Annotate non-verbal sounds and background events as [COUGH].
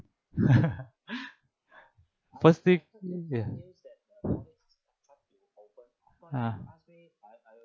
[LAUGHS] first thing ya ah